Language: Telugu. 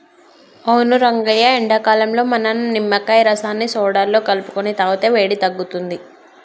అవును రంగయ్య ఎండాకాలంలో మనం నిమ్మకాయ రసాన్ని సోడాలో కలుపుకొని తాగితే వేడి తగ్గుతుంది